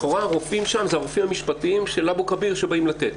לכאורה הרופאים שם זה הרופאים המשפטיים של אבו כביר שבאים לתת,